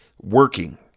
working